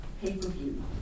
pay-per-view